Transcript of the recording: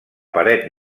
paret